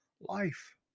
life